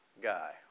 guy